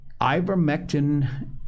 Ivermectin